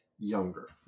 younger